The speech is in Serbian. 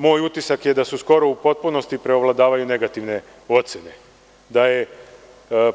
Moj utisak je da skoro u potpunosti preovladavaju negativne ocene, da je